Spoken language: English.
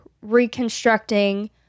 reconstructing